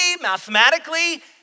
mathematically